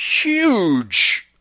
huge